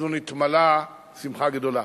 אז הוא נתמלא שמחה גדולה,